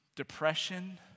Depression